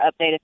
updated